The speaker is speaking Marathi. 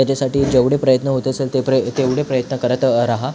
त्याच्यासाठी जेवढे प्रयत्न होत असेल ते पर तेवढे प्रयत्न करत रहा